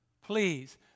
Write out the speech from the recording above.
Please